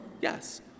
Yes